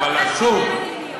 אבל אתם קובעים את המדיניות.